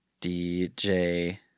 DJ